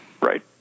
Right